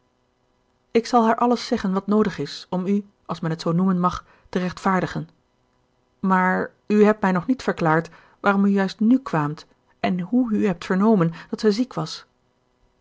ik zal haar alles zeggen wat noodig is om u als men het zoo noemen mag te rechtvaardigen maar u hebt mij nog niet verklaard waarom u juist nu kwaamt en hoe u hebt vernomen dat zij ziek was